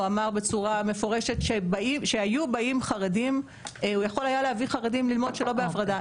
הוא אמר בצורה מפורשת שהוא יכול היה להביא חרדים ללמוד שלא בהפרדה,